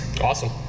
Awesome